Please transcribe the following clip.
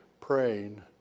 praying